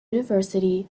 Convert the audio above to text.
university